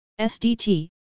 SDT